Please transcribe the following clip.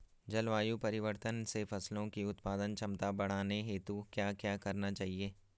जलवायु परिवर्तन से फसलों की उत्पादन क्षमता बढ़ाने हेतु क्या क्या करना चाहिए?